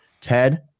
Ted